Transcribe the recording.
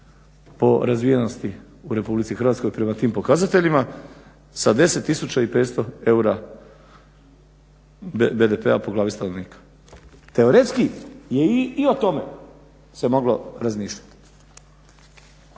16.po razvijenosti u RH prema tim pokazateljima sa 10500 eura BDP po glavi stanovnika. Teoretski se i o tome moglo razmišljati.